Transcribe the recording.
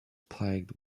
plagued